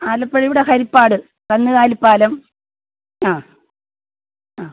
ആലപ്പുഴ ഇവിടെ ഹരിപ്പാട് കണ്ണുകാലിപ്പാലം ആ ആ